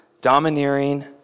domineering